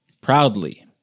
proudly